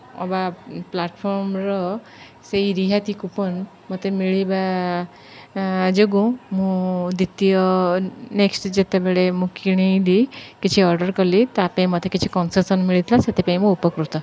ଅବା ପ୍ଲାଟ୍ଫର୍ମ୍ର ସେହି ରିହାତି କୁପନ୍ ମୋତେ ମିଳିବା ଯୋଗୁଁ ମୁଁ ଦ୍ୱିତୀୟ ନେକ୍ସ୍ଟ ଯେତେବେଳେ ମୁଁ କିଣିଲି କିଛି ଅର୍ଡ଼ର୍ କଲି ତା ପାଇଁ ମୋତେ କିଛି କନ୍ସେସନ୍ ମିଳିଥିଲା ସେଥିପାଇଁ ମୁଁ ଉପକୃତ